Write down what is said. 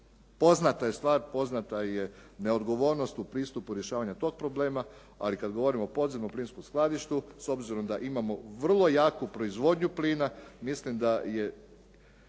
poznata je stvar, poznata je neodgovornost u pristupu rješavanja tog problema. Ali kad govorimo o podzemnom plinskom skladištu, s obzirom da imamo vrlo jaku proizvodnju plina, mislim da je